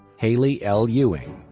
hailey l. ewing,